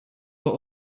were